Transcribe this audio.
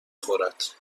خورد